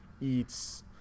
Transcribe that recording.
eats